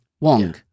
Wong